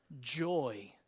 joy